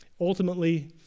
Ultimately